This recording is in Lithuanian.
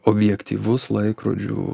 objektyvus laikrodžių